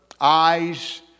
eyes